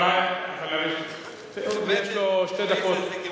אבל עוד יש לו שתי דקות.